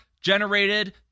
generated